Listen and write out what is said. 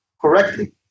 correctly